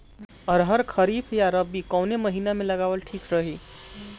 अरहर खरीफ या रबी कवने महीना में लगावल ठीक रही?